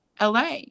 LA